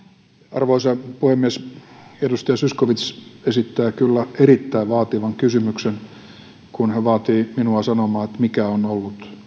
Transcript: arvoisa puhemies edustaja zyskowicz esittää kyllä erittäin vaativan kysymyksen kun hän vaatii minua sanomaan mikä on ollut